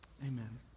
Amen